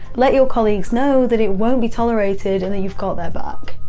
let your colleagues know that it won't be tolerated and that you've got their back.